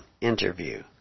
interview